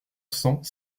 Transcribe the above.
cents